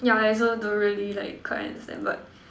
yeah I also don't really like quite understand but